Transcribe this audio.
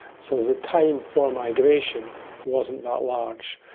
so the time for migration wasn't that large.